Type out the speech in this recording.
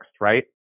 right